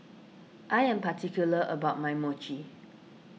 I am particular about my Mochi